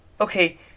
okay